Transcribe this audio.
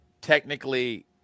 technically